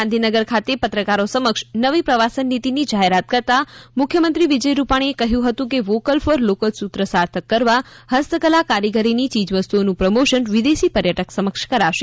ગાંધીનગર ખાતે પત્રકારો સમક્ષ નવી પ્રવાસન નીતિની જાહેરાત કરતાં મુખ્યમંત્રી વિજય રૂપાણીએ કહ્યું હતું કે વોકલ ફોર લોકલ સૂત્ર સાર્થક કરવા હસ્ત કલ કારીગરીની ચીજવસ્તુઓનું પ્રમોશન વિદેશી પર્યટક સમક્ષ કરાશે